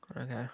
Okay